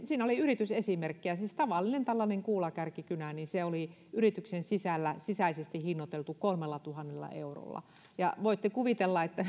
siinä oli yritysesimerkkejä siis tällainen tavallinen kuulakärkikynä oli yrityksen sisäisesti hinnoiteltu kolmellatuhannella eurolla voitte kuvitella